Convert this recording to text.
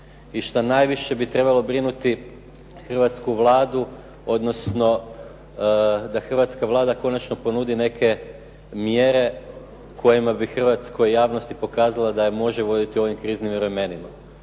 i šta najviše bi trebalo brinuti hrvatsku Vladu, odnosno da hrvatska Vlada konačno ponudi neke mjere kojima bi hrvatskoj javnosti pokazala da je može voditi u ovim kriznim vremenima.